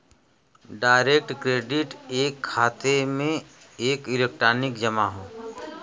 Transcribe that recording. direct credit एक खाते में एक इलेक्ट्रॉनिक जमा हौ